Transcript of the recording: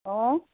অঁ